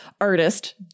artist